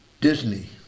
Disney